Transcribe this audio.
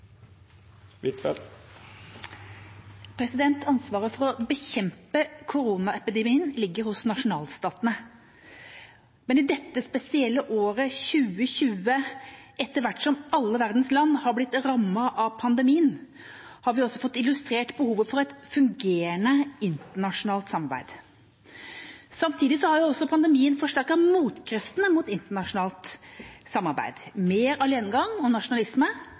avslutta. Ansvaret for å bekjempe koronaepidemien ligger hos nasjonalstatene, men i dette spesielle året, 2020, etter hvert som alle verdens land har blitt rammet av pandemien, har vi også fått illustrert behovet for et fungerende internasjonalt samarbeid. Samtidig har også pandemien forsterket motkreftene mot internasjonalt samarbeid: mer alenegang og nasjonalisme